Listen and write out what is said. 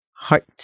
Heart